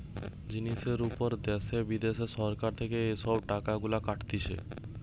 জিনিসের উপর দ্যাশে বিদ্যাশে সরকার থেকে এসব ট্যাক্স গুলা কাটতিছে